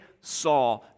saw